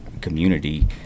community